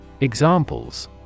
Examples